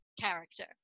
character